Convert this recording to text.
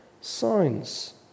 signs